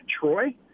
Troy